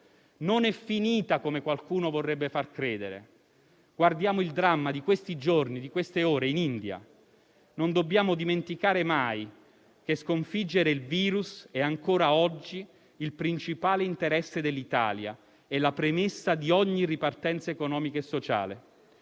Non è finita, come qualcuno vorrebbe far credere. Guardiamo il dramma di questi giorni, di queste ore, in India. Non dobbiamo dimenticare mai che sconfiggere il virus è ancora oggi il principale interesse dell'Italia e la premessa di ogni ripartenza economica e sociale.